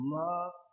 love